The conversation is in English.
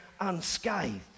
unscathed